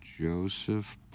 Joseph